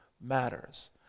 matters